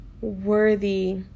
worthy